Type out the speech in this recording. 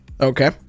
Okay